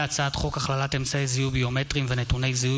הצעת חוק הכללת אמצעי זיהוי ביומטריים ונתוני זיהוי